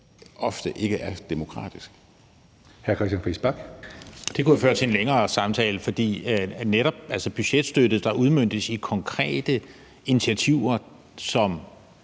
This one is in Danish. Friis Bach (RV): Det kunne føre til en længere samtale, for budgetstøtte, der udmøntes i konkrete initiativer, hvor